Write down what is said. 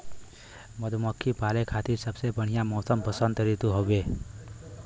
मधुमक्खी पाले खातिर सबसे बढ़िया मौसम वसंत ऋतु हउवे